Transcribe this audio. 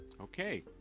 Okay